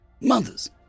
mothers